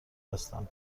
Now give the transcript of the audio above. هستم